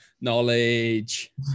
Knowledge